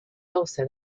also